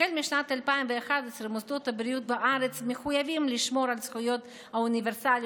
החל משנת 2011 מוסדות הבריאות בארץ מחויבים לשמור על הזכויות האוניברסליות